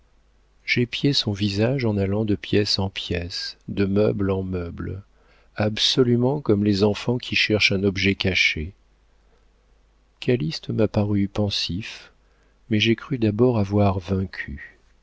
j'épiais son visage en allant de pièce en pièce de meuble en meuble absolument comme les enfants qui cherchent un objet caché calyste m'a paru pensif mais j'ai cru d'abord avoir vaincu